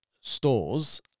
stores